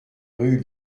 rue